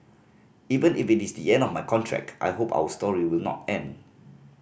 even if it is the end of my contract I hope our story will not end